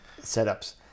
setups